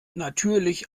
natürlich